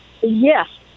Yes